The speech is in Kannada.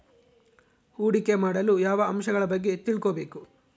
ಹೂಡಿಕೆ ಮಾಡಲು ಯಾವ ಅಂಶಗಳ ಬಗ್ಗೆ ತಿಳ್ಕೊಬೇಕು?